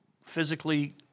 physically